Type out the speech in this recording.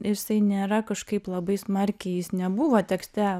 jisai nėra kažkaip labai smarkiai jis nebuvo tekste